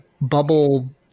bubble